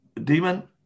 demon